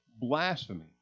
blasphemy